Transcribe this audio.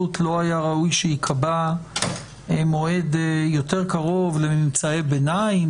לא היה ראוי שיקבע מועד יותר קרוב לממצאי ביניים,